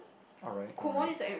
alright alright